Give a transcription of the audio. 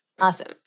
Awesome